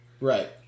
Right